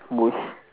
bush